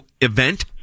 event